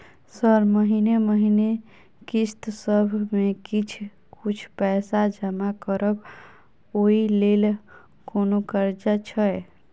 Sir महीने महीने किस्तसभ मे किछ कुछ पैसा जमा करब ओई लेल कोनो कर्जा छैय?